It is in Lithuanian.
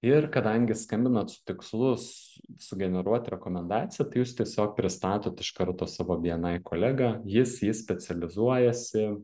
ir kadangi skambinot su tikslus s sugeneruot rekomendaciją tai jūs tiesiog pristatot iš karto savo bni kolegą jis ji specializuojasi